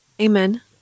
Amen